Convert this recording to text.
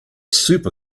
super